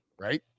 right